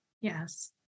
Yes